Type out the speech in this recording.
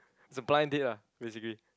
it's a blind date ah basically